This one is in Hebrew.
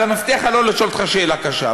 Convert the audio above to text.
אני מבטיח לך לא לשאול אותך שאלה קשה.